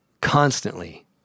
constantly